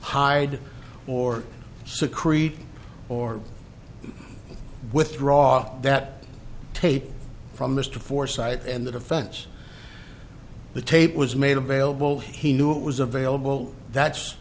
hide or secrete or withdraw that tape from mr forsyth and the defense the tape was made available he knew it was available that's